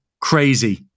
crazy